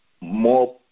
more